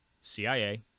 CIA